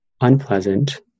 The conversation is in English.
unpleasant